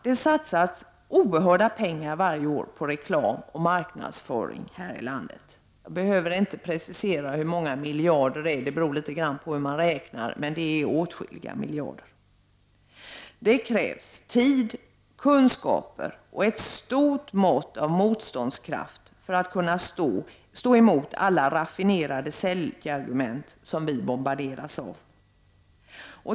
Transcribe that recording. Det satsas oerhörda pengar varje år på reklam och marknadsföring här i landet. Jag behöver inte precisera hur många miljarder det är, för det beror litet på hur man räknar, men det är åtskilliga miljarder. Det krävs tid, kunskaper och ett stort mått av motståndskraft för att kunna stå emot alla raffinerade säljarargument som vi bombarderas av.